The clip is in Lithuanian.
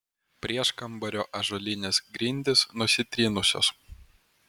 prieškambario ąžuolinės grindys nusitrynusios